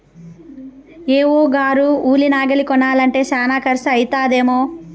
AO గారు ఉలి నాగలి కొనాలంటే శానా కర్సు అయితదేమో